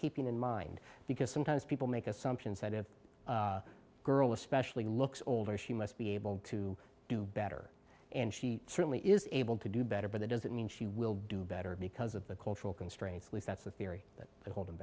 keeping in mind because sometimes people make assumptions that if a girl especially looks older she must be able to do better and she certainly is able to do better but that doesn't mean she will do better because of the cultural constraints least that's the theory that holding